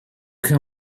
can